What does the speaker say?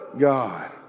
God